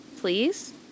Please